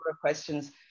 questions